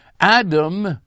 Adam